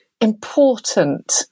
important